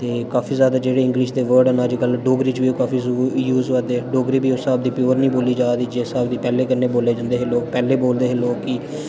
ते काफी जादा जेह्डे़ इंग्लिश दे वर्ड न अज्जकल डोगरी च बी काफी यूज़ होआ दे डोगरी बी उस स्हाब दी प्योर निं बोली जा दी जिस स्हाब दी पैह्लें कन्नै बोले जंदे हे लोग पैह्लें बोलदे हे लोग कि